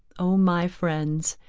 oh my friends,